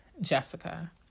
Jessica